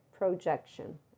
projection